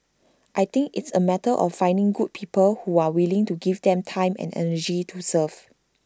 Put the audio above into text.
I think it's A matter of finding good people who are willing to give their time and energy to serve